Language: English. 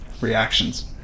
Reactions